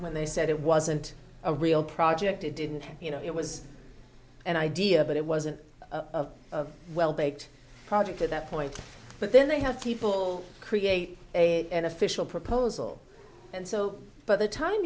when they said it wasn't a real project it didn't you know it was an idea but it wasn't a well baked project at that point but then they have people create an official proposal and so by the time